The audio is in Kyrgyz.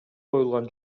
коюлган